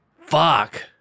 Fuck